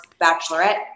bachelorette